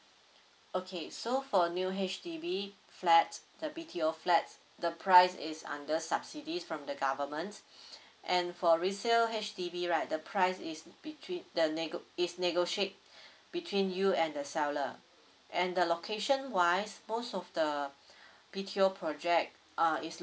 okay so for new H_D_B flat the B_T_O flats the price is under subsidies from the government and for resale H_D_B right the price is between the nego~ is negotiate between you and the seller and the location wise most of the B_T_O project uh is